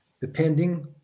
depending